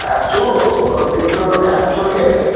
আছোঁ কিন্তু কাম চলি আছে